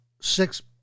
six